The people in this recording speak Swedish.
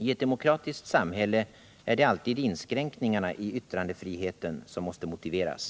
I ett demokratiskt samhälle är det alltid inskränkningarna i yttrandefriheten som måste motiveras.